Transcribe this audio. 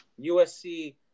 USC